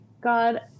God